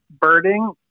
birding